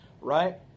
right